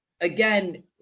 again